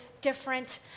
different